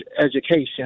education